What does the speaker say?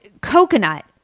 coconut